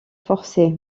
forcez